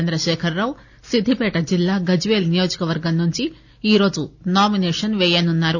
చంద్రశేఖరరావు సిద్దిపేట జిల్లా గజ్వేల్ నియోజకవర్గం నుండి ఈరోజు నామినేషన్ పేయనున్నారు